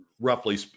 roughly